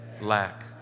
lack